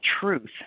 truth